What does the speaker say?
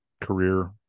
career